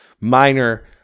minor